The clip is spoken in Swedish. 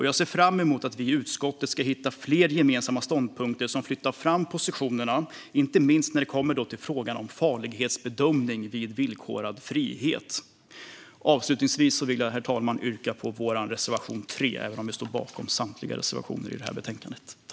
Jag ser fram emot att vi i utskottet ska hitta fler gemensamma ståndpunkter som flyttar fram positionerna, inte minst när det kommer till frågan om farlighetsbedömning vid villkorad frihet. Avslutningsvis vill jag yrka bifall till reservation 3, men vi står naturligtvis bakom samtliga våra reservationer i betänkandet.